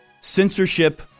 censorship